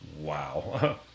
wow